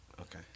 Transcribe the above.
Okay